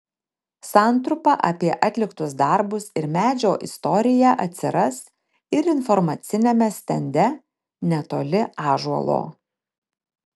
santrumpa apie atliktus darbus ir medžio istoriją atsiras ir informaciniame stende netoli ąžuolo